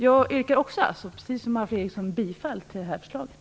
Jag yrkar alltså också, precis som Alf Eriksson, bifall till det här förslaget.